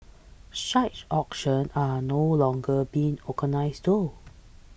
such auctions are no longer being organised though